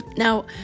Now